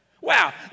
Wow